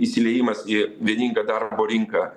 įsiliejimas į vieningą darbo rinką